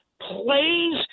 plays